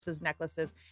necklaces